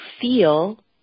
feel